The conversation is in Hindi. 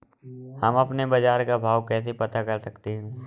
हम अपने बाजार का भाव कैसे पता कर सकते है?